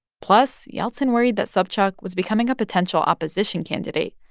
plus, yeltsin worried that sobchak was becoming a potential opposition candidate,